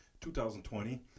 2020